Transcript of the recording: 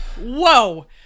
Whoa